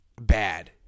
bad